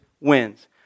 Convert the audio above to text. wins